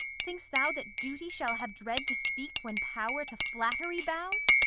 think'st thou that duty shall have dread to speak when power to flattery bows?